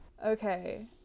Okay